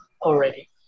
already